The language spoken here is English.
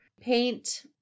paint